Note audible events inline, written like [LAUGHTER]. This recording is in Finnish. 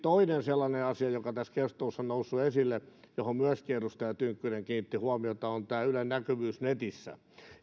[UNINTELLIGIBLE] toinen sellainen asia joka tässä keskustelussa on noussut esille ja johon myöskin edustaja tynkkynen kiinnitti huomiota on ylen näkyvyys netissä